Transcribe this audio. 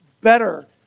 better